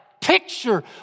picture